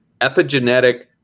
epigenetic